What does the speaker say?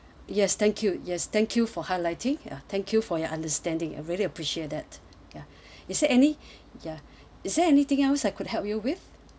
yes thank you yes thank you for highlighting ya thank you for your understanding I really appreciate that ya is there any ya is there anything else I could help you with